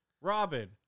Robin